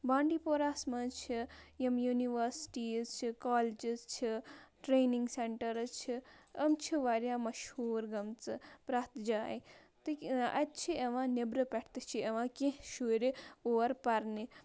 بانٛڈی پوراہَس منٛز چھِ یِم یوٗنیوورسٹیٖز چھِ کالجز چھِ ٹرٛینِنٛگ سینٹٲرٕز چھِ یِم چھِ واریاہ مشہوٗر گٔمژٕ پرٛتھ جایہِ تہٕ اَتہِ چھِ یِوان نٮ۪برٕ پٮ۪ٹھ تہِ چھِ یِوان کیٚنٛہہ شُرۍ اور پَرنہِ